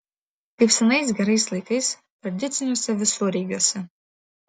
kaip senais gerais laikais tradiciniuose visureigiuose